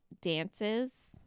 dances